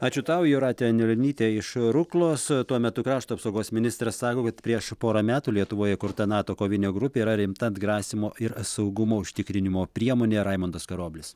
ačiū tau jūratė anilionytė iš ruklos tuo metu krašto apsaugos ministras sako kad prieš porą metų lietuvoje įkurta nato kovinė grupė yra rimta atgrasymo ir saugumo užtikrinimo priemonė raimundas karoblis